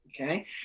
Okay